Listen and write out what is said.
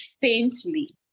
faintly